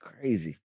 crazy